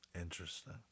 Interesting